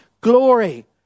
glory